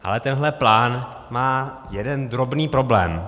Ale tenhle plán má jeden drobný problém.